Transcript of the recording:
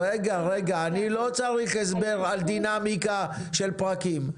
רגע, רגע, אני לא צריך הסבר על דינאמיקה של פרקים.